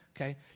okay